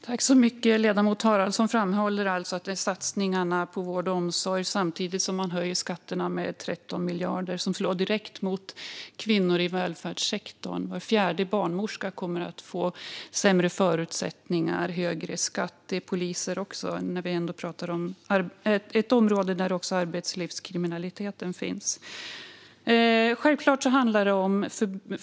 Herr talman! Ledamoten Haraldsson framhåller alltså satsningarna på vård och omsorg samtidigt som man höjer skatterna med 13 miljarder som slår direkt mot kvinnor i välfärdssektorn. Var fjärde barnmorska kommer att få sämre förutsättningar med högre skatt. Det gäller också poliser. Det är också ett område där arbetslivskriminaliteten finns.